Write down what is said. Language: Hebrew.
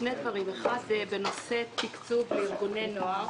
שני דברים: האחד בנושא תקצוב לארגוני הנוער,